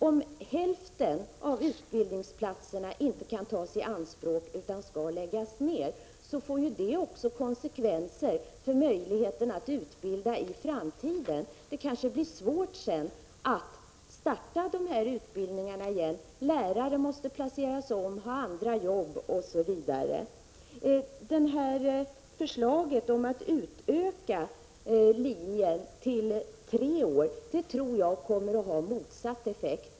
Om hälften av utbildningsplatserna inte kan tas i anspråk utan måste läggas ned, får det konsekvenser också för möjligheten att utbilda i framtiden. Det kanske blir svårt att på nytt starta dessa utbildningar. Lärare måste placeras om på andra jobb, osv. Förslaget att utöka linjen till tre år tror jag kommer att ha motsatt effekt.